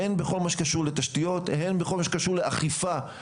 הן במה שקשור לתשתיות והן במה שקשור לאכיפה,